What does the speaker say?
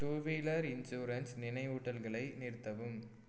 two wheeler insurance நினைவூட்டல்களை நிறுத்தவும்